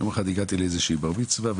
הגעתי יום אחד לאיזושהי בר מצווה,